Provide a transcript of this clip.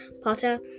Potter